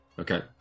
Okay